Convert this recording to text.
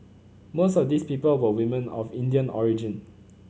most of these people were women of Indian origin